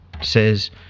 says